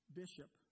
bishop